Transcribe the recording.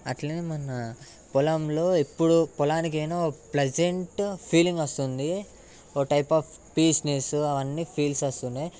అలానే మొన్న పొలంలో ఎప్పుడు పొలానికి అయినా ప్లెజెంట్ ఫీలింగ్ వస్తుంది ఓ టైప్ ఆఫ్ పీస్నెస్ అవన్నీ ఫీల్స్ వస్తున్నాయి